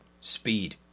Speed